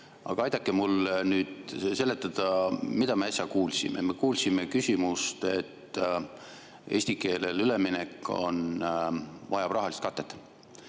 Aga aidake mul nüüd seletada, mida me äsja kuulsime. Me kuulsime küsimust selle kohta, et eesti keelele üleminek vajab rahalist katet.